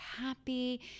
happy